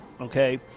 okay